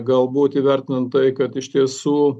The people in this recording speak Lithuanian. galbūt įvertinant tai kad iš tiesų